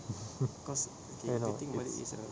mmhmm thinking about it's